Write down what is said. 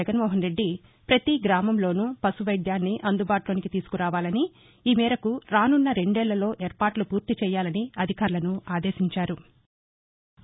జగన్మోహన్రెడ్డి ప్రపతి గ్రామంలోనూ పశు వైద్యాన్ని అందుబాటులోనికి తీసుకురావాలని ఈ మేరకు రాసున్న రెండేళ్ళలో ఏర్పాట్ల పూర్తి చేయాలని అధికారులను ఆదేశించారు